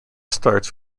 starts